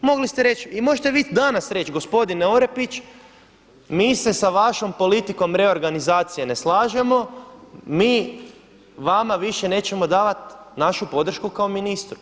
Mogli ste reći i možete vi danas reći gospodine Orepić, mi se sa vašom politikom reorganizacije ne slažemo, mi vama više nećemo davati našu podršku kao ministru.